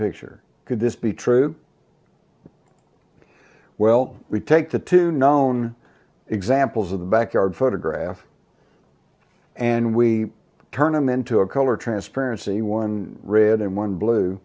picture could this be true well we take the two known examples of the backyard photograph and we turn them into a color transparency one red and